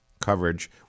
coverage